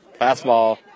Fastball